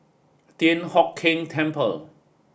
Thian Hock Keng Temple